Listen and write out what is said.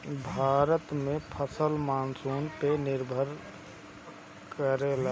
भारत में फसल मानसून पे निर्भर करेला